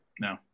No